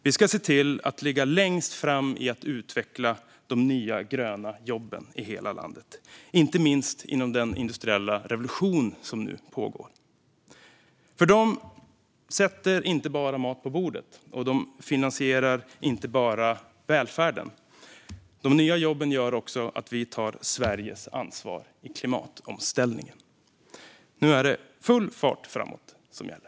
Vi ska se till att ligga längst fram i att utveckla de nya gröna jobben i hela landet, inte minst inom den industriella revolution som nu pågår. Dessa jobb sätter inte bara mat på bordet, och de finansierar inte bara välfärden. De nya jobben gör också att vi tar Sveriges ansvar i klimatomställningen. Nu är det full fart framåt som gäller.